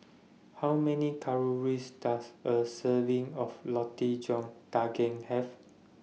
How Many Calories Does A Serving of Roti John Daging Have